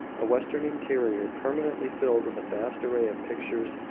a western interior permanently filled with a vast array of pictures,